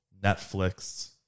Netflix